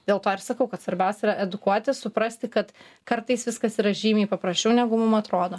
dėl to ir sakau kad svarbiausia yra edukuoti suprasti kad kartais viskas yra žymiai paprasčiau negu mum atrodo